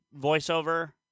voiceover